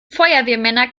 feuerwehrmänner